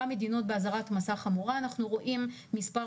גם מדינות באזהרת מסע חמורה אנחנו רואים מספר